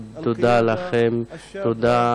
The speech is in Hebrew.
תודה לכם, תודה